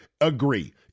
agree